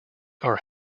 are